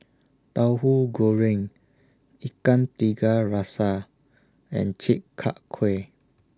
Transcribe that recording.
Tauhu Goreng Ikan Tiga Rasa and Chi Kak Kuih